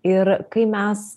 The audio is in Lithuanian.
ir kai mes